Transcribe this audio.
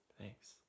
Thanks